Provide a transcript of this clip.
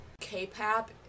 K-pop